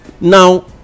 Now